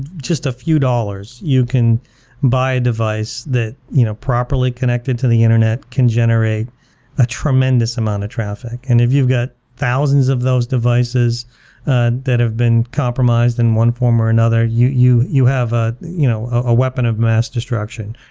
just a few dollars, you can buy a device that you know properly connected to the internet can generate a tremendous amount of traffic. and if you've got thousands of those devices and that have been compromised in one form or another, you you have a you know a weapon of mass destruction,